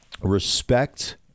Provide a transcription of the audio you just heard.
respect